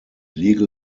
legal